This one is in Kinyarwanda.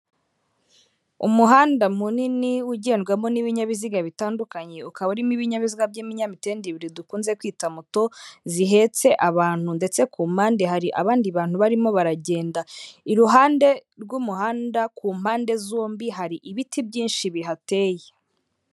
Umuhanda munini ugendwamo n'ibinyabiziga bitandukanye ukaba urimo ibinyabiziga by'ibinyamitende bibiri dukunze kwita moto zihetse abantu ndetse ku mpande hari abandi bantu barimo baragenda, iruhande rw'umuhanda ku mpande zombi hari ibiti byinshi bihateye.